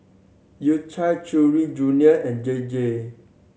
U Cha Chewy Junior and J J